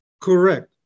Correct